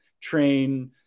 train